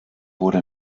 wurde